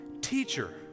Teacher